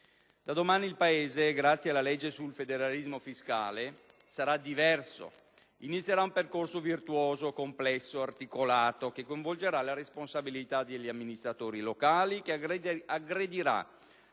Da domani il Paese, grazie alla legge sul federalismo fiscale, sarà diverso, inizierà un percorso virtuoso, complesso ed articolato, che coinvolgerà la responsabilità degli amministratori locali, che aggredirà